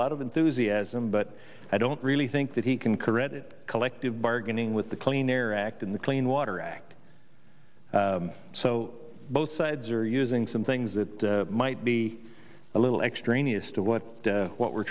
lot of enthusiasm but i don't really think that he can correct it collective bargaining with the clean air act and the clean water act so both sides are using some things that might be a little extraneous to what what we're